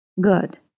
Good